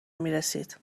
میرسید